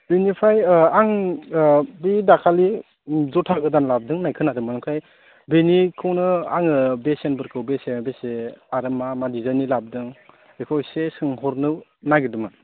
बेनिफ्राय आं बै दाखालि जुथा गोदान लाबोदों होननाय खोनादोंमोन ओमफ्राय बेनिखौनो आङो बेसेनफोरखौ बेसे बेसे आरो मा मा डिजायननि लाबोदों बेखौ एसे सोंहरनो नागिरदोंमोन